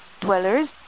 dwellers